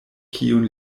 kiun